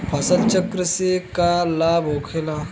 फसल चक्र से का लाभ होखेला?